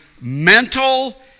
mental